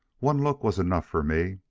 one look was enough for me.